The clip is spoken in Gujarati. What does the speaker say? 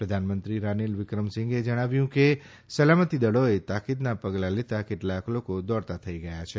પ્રધાનમંત્રી રાનીલ વિક્રમસિંઘેએ જણાવ્યું કે સલામતી દળોએ તાકીદના પગલાં લેતાં કેટલાક લોકો દોડતા થઈ ગયા છે